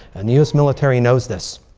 and the us military knows this.